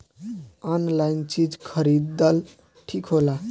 Online चीज खरीदल ठिक होला?